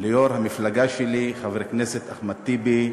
ליו"ר המפלגה שלי, חבר הכנסת אחמד טיבי,